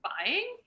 buying